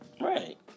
Right